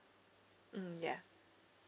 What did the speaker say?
mm ya